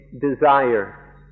desire